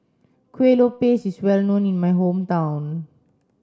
Kueh Lopes is well known in my hometown